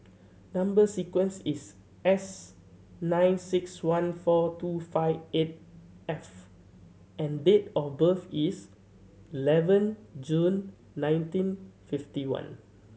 number sequence is S nine six one four two five eight F and date of birth is eleven June nineteen fifty one